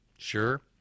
Sure